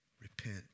Repent